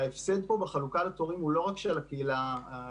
ההפסד פה בחלוקה על התורים הוא לא רק של הקהילה הגאה,